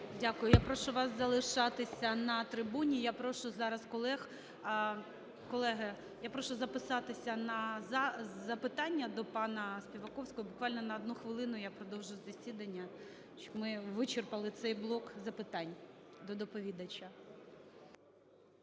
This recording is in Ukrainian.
Дякую. Я прошу вас залишатися на трибуні. Я прошу зараз колег. Колеги, я прошу записатися на запитання до пана Співаковського. Буквально на одну хвилину я продовжу засідання, щоб ми вичерпали цей блок запитань до доповідача.